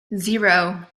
zero